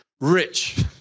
Rich